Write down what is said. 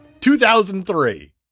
2003